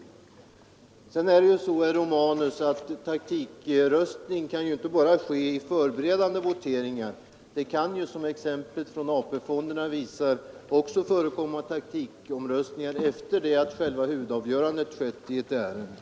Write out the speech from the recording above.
Sedan, herr Romanus, kan taktikröstning förekomma inte bara i förberedande voteringar, utan det kan ju, som exemplet från röstningen om AP-fonderna visar, också förekomma taktikomröstningar efter det att själva huvudavgörandet har träffats i ett ärende.